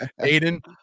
aiden